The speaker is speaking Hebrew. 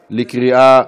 נתקבלה.